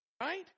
Right